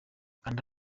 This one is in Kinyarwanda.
kanda